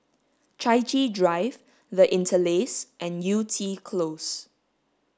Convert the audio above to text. Chai Chee Drive The Interlace and Yew Tee Close